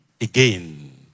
again